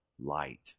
light